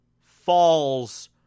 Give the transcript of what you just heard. falls